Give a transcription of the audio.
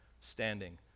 standing